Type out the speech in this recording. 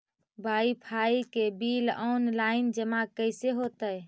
Wifi के bill online जमा कैसे होतै?